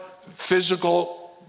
physical